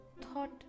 thought